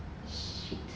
shit